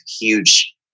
huge